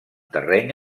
terreny